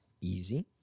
easy